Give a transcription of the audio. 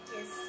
Yes